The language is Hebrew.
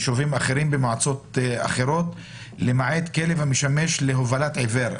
במועצות אחרות ראיתי שכתבו: למעט כלב המשמש להובלת עיוור.